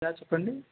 sir చెప్పండి